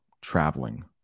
Traveling